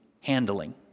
handling